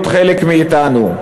להיות חלק מאתנו.